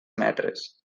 metres